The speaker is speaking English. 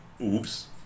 oops